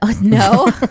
No